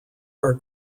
are